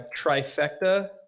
trifecta